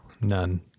none